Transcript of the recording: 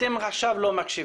אתם עכשיו לא מקשיבים.